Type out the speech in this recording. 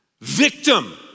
victim